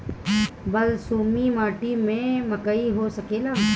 बलसूमी माटी में मकई हो सकेला?